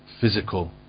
Physical